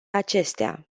acestea